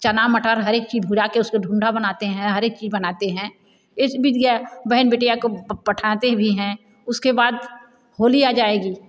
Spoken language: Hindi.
चना मटर हर एक चीज मिला के उसका ढूंढा बनाते हैं हर एक चीज बनाते हैं इस बीच क्या बहन बिटिया को पठाते भी हैं उसके बाद होली आ जाएगी